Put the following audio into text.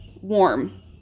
warm